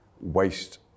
waste